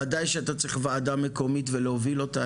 ודאי שאתה צריך וועדה מקומית ולהוביל אותה,